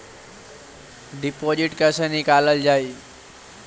Deposit कैसे निकालल जाइ?